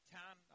town